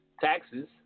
Taxes